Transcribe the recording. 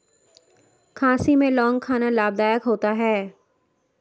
खांसी में लौंग खाना लाभदायक होता है